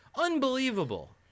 Unbelievable